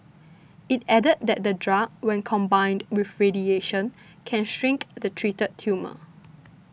it added that the drug when combined with radiation can shrink the treated tumour